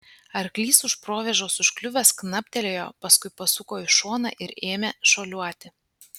arklys už provėžos užkliuvęs knaptelėjo paskui pasuko į šoną ir ėmę šuoliuoti